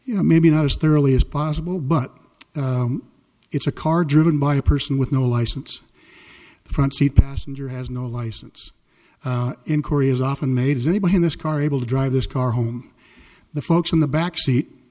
you know maybe not as thoroughly as possible but it's a car driven by a person with no license the front seat passenger has no license in korea is often made is anybody in this car able to drive this car home the folks in the backseat